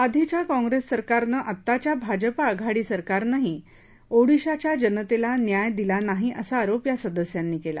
आधीच्या काँप्रेस सरकारनं आताच्या भाजपा आघाडी सरकारनंही ओडिशाच्या जनतेला न्याय दिला नाही असा आरोप या सदस्यांनी केला